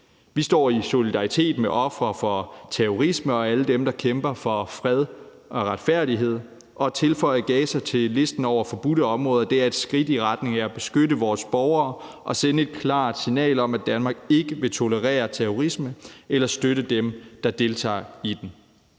Vi står i solidaritet med ofre for terrorisme og alle dem, der kæmper for fred og retfærdighed, og at tilføje Gaza til listen over forbudte områder er et skridt i retning af at beskytte vores borgere og sende et klart signal om, at Danmark ikke vil tolerere terrorisme eller støtte dem, der deltager i den.